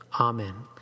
Amen